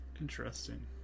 Interesting